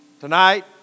tonight